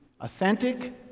authentic